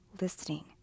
listening